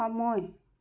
সময়